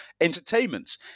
entertainments